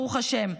ברוך השם,